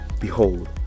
Behold